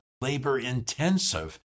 labor-intensive